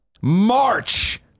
March